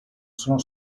sono